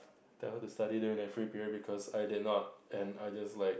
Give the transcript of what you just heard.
tell her to study during that free period because I didn't not and I just like